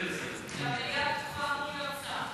כשהמליאה פתוחה, אמור להיות שר.